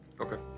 Okay